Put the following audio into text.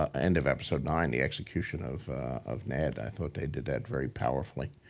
ah end of episode nine, the execution of of ned. i thought they did that very powerfully.